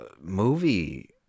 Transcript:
movie